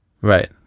Right